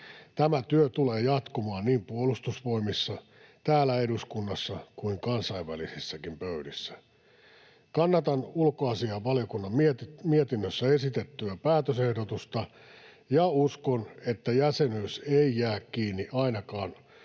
Tämä työ tulee jatkumaan niin Puolustusvoimissa, täällä eduskunnassa kuin kansainvälisissäkin pöydissä. Kannatan ulkoasiainvaliokunnan mietinnössä esitettyä päätösehdotusta, ja uskon, että jäsenyys ei jää kiinni ainakaan